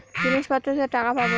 জিনিসপত্র থেকে টাকা পাবো